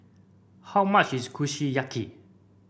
how much is Kushiyaki